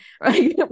Right